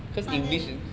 ah 对对